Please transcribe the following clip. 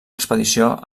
expedició